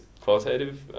qualitative